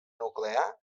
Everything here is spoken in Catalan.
nuclear